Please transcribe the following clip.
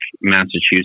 Massachusetts